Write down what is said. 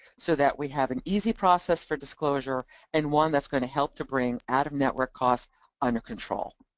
so that we have an easy process for disclosure and one that's going to help to bring out of network costs under control.